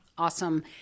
Awesome